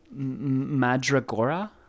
Madragora